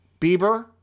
Bieber